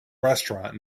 restaurant